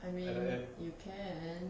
I mean you can